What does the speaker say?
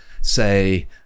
say